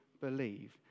believe